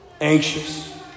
anxious